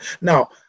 Now